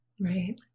Right